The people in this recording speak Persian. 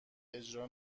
اجرا